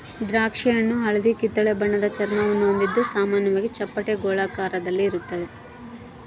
ದ್ರಾಕ್ಷಿಹಣ್ಣು ಹಳದಿಕಿತ್ತಳೆ ಬಣ್ಣದ ಚರ್ಮವನ್ನು ಹೊಂದಿದ್ದು ಸಾಮಾನ್ಯವಾಗಿ ಚಪ್ಪಟೆ ಗೋಳಾಕಾರದಲ್ಲಿರ್ತಾವ